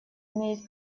имеет